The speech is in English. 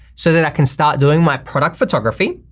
so that i can start doing my product photography.